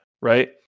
Right